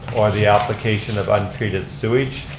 or the application of untreated sewage.